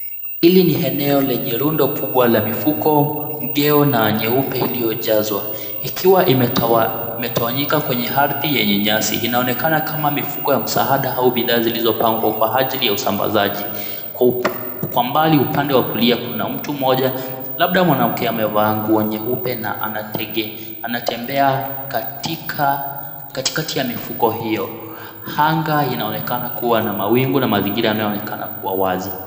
Hili ni eneo lenye rundo kubwa la mifuko, mgeo na nyeupe iliojazwa, ikiwa imetawanyika kwenye ardhi yenye nyasi inaonekana kama mifuko ya msaada au bidhaa zilizopangwa kwa ajili ya usabazaji. Kwa mbali upande wa kulia kuna mtu mmoja labda mwanamke amevaa nguo nyeupe na anatembea katikati ya mifuko hio, anga inaonekana kuwa na mawingu na mazingira yanayoonekana kuwa wazi.